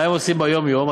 מה הם עושים ביום-יום?